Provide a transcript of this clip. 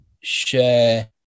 share